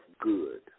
good